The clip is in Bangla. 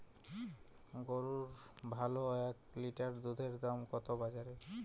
গরুর ভালো এক লিটার দুধের দাম কত বাজারে?